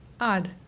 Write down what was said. Odd